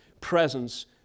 presence